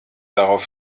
darauf